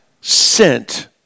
sent